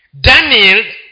Daniel